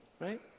right